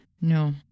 No